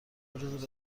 روزه